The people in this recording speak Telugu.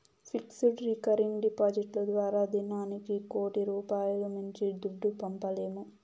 ఫిక్స్డ్, రికరింగ్ డిపాడిట్లు ద్వారా దినానికి కోటి రూపాయిలు మించి దుడ్డు పంపలేము